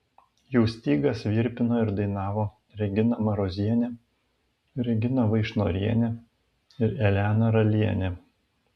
jų stygas virpino ir dainavo regina marozienė regina vaišnorienė ir elena ralienė